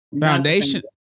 Foundation